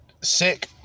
Sick